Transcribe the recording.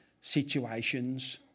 situations